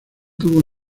tuvo